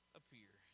appear